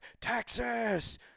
Texas